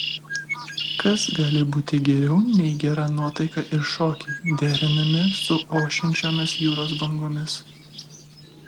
kas gali būti geriau nei gera nuotaika ir šokiai derinami su ošiančiomis jūros bangomis